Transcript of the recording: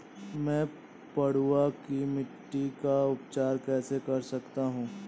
मैं पडुआ की मिट्टी का उपचार कैसे कर सकता हूँ?